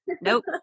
nope